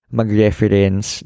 mag-reference